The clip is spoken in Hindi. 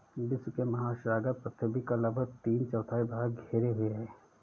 विश्व के महासागर पृथ्वी का लगभग तीन चौथाई भाग घेरे हुए हैं